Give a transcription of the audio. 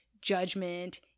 judgment